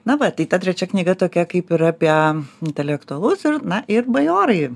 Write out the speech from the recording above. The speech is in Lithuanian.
na va tai ta trečia knyga tokia kaip ir apie intelektualus ir na ir bajorai